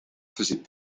faisait